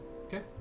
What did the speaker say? Okay